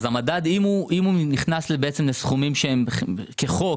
הוצאות שהן מכוח חוק,